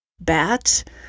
BAT